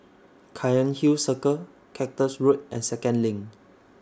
Cairnhill Circle Cactus Road and Second LINK